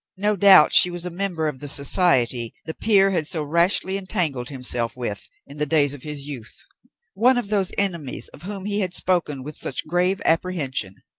no doubt she was a member of the society the peer had so rashly entangled himself with in the days of his youth one of those enemies of whom he had spoken with such grave apprehension.